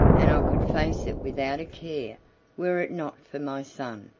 and i could face it without a care were it not for my son.